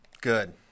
Good